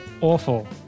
Awful